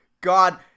God